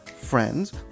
friends